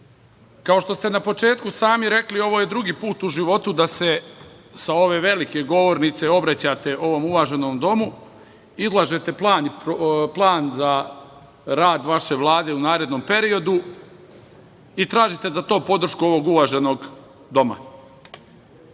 kao što ste na početku sami rekli, ovo je drugi put u životu da se sa ove velike govornice obraćate ovom uvaženom domu, izlažete plan za rad vaše Vlade u narednom periodu i tražite za to podršku ovog uvaženog doma.S